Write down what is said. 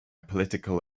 political